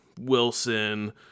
Wilson